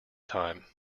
time